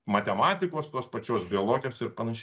matematikos tos pačios biologijos ir panaš